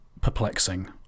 perplexing